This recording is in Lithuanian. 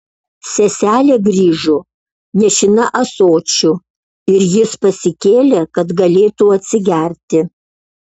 seselė grįžo nešina ąsočiu ir jis pasikėlė kad galėtų atsigerti